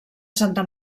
santa